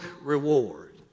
reward